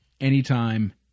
anytime